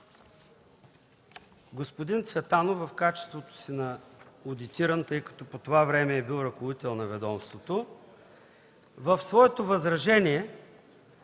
господин Цветанов в качеството си на одитиран, тъй като по това време е бил ръководител на ведомството, в своето възражение